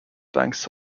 banks